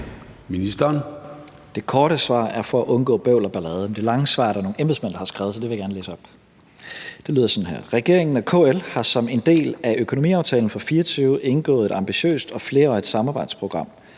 Det korte svar er, at det er for at undgå bøvl og ballade. Det lange svar er der er nogle embedsmænd, der har skrevet, så det vil jeg gerne læse op. Det lyder sådan her: Regeringen og KL har som en del af økonomiaftalen for 2024 indgået et ambitiøst og flerårigt samarbejdsprogram.